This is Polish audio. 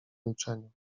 milczeniu